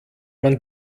man